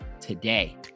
Today